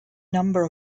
number